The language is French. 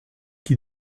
qui